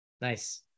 Nice